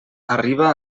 arriba